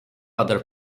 other